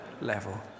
level